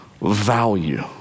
value